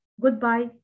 Goodbye